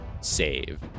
save